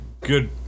good